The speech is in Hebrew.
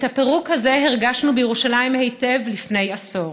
את הפירוק הזה הרגשנו בירושלים היטב לפני עשור,